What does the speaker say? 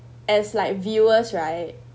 as like viewers right